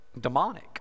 demonic